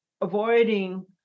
avoiding